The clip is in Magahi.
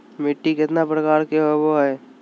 मिट्टी केतना प्रकार के होबो हाय?